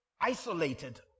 isolated